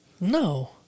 No